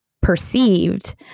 perceived